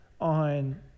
on